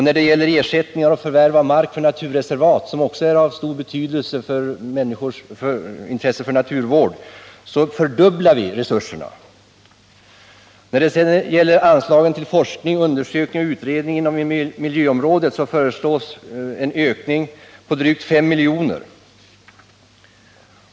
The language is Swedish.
När det gäller ersättning vid förvärv av mark för naturreservat, vilket också är av stor betydelse för människors intresse för naturvård, föreslår vi fördubblade resurser. Anslagen till forskning, undersökning och utredning inom miljöområdet föreslås ökas med drygt 5 miljoner.